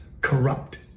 corrupt